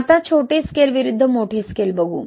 आता छोटे स्केल विरुद्ध मोठे स्केल बघू